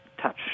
touch